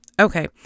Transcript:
Okay